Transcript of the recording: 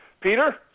Peter